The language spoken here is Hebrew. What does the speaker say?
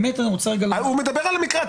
באמת אני רוצה רגע להבין --- הוא מדבר על המקרה,